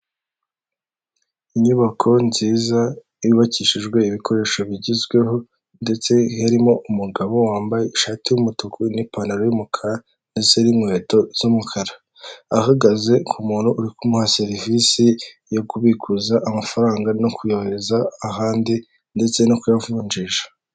Inyubako nziza yubakishijwe ibikoresho bigezweho ndetse harimo umugabo wambaye ishati y'umutuku n'pantaro y'umukara, ndetse n'inkweto z'umukara, ahagaze ku muntu uri kumuha serivisi yo kubikuza amafaranga no kuyohereza ahandi, ndetse no kuyavunjisha.